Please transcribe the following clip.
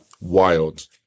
Wild